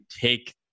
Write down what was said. take